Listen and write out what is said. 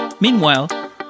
Meanwhile